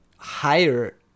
Higher